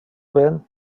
ben